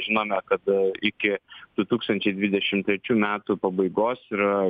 žinome kad iki du tūkstančiai dvidešim trečių metų pabaigos yra